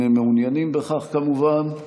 אם הם מעוניינים בכך, כמובן.